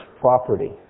property